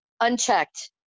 unchecked